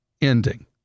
ending